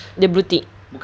dia blue tick